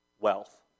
wealth